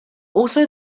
also